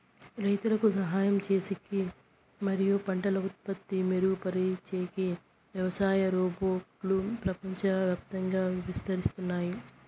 రైతులకు సహాయం చేసేకి మరియు పంటల ఉత్పత్తి మెరుగుపరిచేకి వ్యవసాయ రోబోట్లు ప్రపంచవ్యాప్తంగా విస్తరిస్తున్నాయి